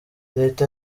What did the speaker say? leta